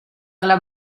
alla